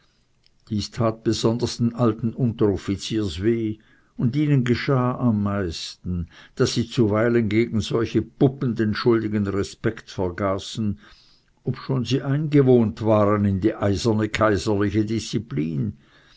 dies tat besonders den alten unteroffiziers weh und ihnen geschah am meisten daß sie zuweilen gegen solche puppen den schuldigen respekt vergaßen obschon sie eingewohnt waren in die eiserne kaiserliche disziplin